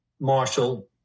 Marshall